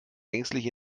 ängstlich